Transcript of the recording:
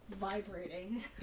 vibrating